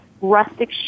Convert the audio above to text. rustic